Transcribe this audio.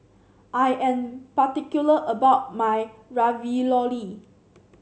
I am particular about my Ravioli